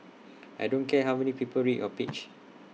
I don't care how many people read your page